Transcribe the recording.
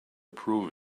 prove